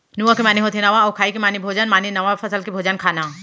नुआ के माने होथे नवा अउ खाई के माने भोजन माने नवा फसल के भोजन खाना